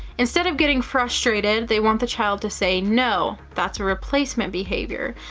instead of getting frustrated, they want the child to say no. that's a replacement behavior.